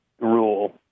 rule